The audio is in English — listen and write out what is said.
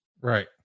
Right